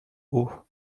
haut